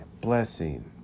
blessing